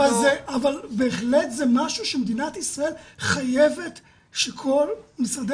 אבל בהחלט זה משהו שמדינת ישראל חייבת שכל משרדי